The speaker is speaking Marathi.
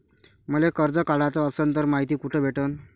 मले कर्ज काढाच असनं तर मायती कुठ भेटनं?